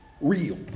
real